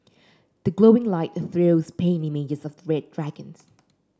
the glowing light trails paint images of red dragons